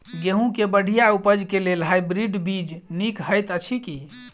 गेंहूँ केँ बढ़िया उपज केँ लेल हाइब्रिड बीज नीक हएत अछि की?